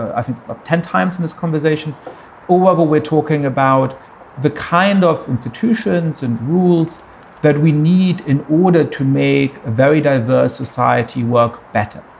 i think of ten times in this conversation or whether we're talking about the kind of institutions and rules that we need in order to make a very diverse society work better.